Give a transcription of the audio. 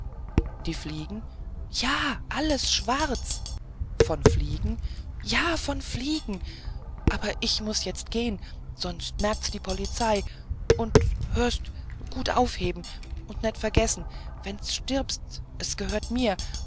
die fliegen ja alles schwarz von fliegen ja von die fliegen aber ich muß jetzt gehen sonst merkt's die polizei und hörst d gut aufheben und net vergessen wenn's d stirbst es ghört mir